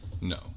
No